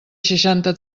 seixanta